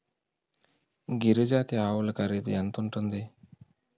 గిరి జాతి ఆవులు ఖరీదు ఎంత ఉంటుంది?